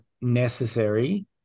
necessary